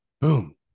Boom